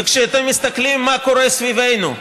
וכשאתם מסתכלים מה קורה סביבנו,